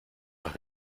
los